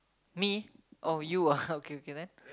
me oh you ah okay okay then